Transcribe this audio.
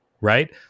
right